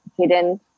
hidden